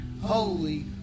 holy